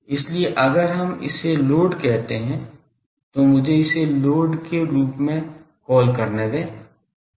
इसलिए अगर हम इसे लोड कहते हैं तो मुझे इसे लोड के रूप में कॉल करने दें